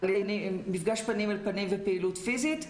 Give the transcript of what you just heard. מפגש פנים אל פנים ופעילות פיזית,